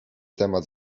temat